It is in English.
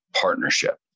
partnership